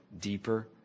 deeper